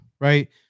Right